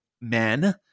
men